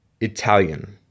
Italian